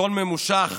"שלטון ממושך